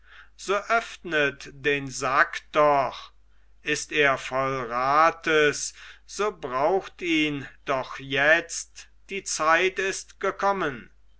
so öffnet den sack doch ist er voll rates so braucht ihn doch jetzt die zeit ist gekommen